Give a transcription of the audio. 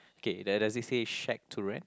okay does does it say shack to rent